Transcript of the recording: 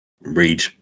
read